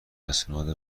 اسناد